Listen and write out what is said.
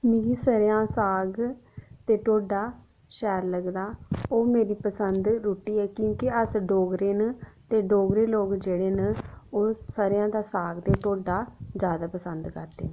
मिगी सरेआं दा साग ते ढोड्डा शैल लगदा ओह् मेरी पसंद दी रूट्टी क्योंकि अस डोगरे न ते डोगरे लोक जेह्ड़े न ओह् सरेआं दा साग ते ढोड्डा जादा पसंद करदे न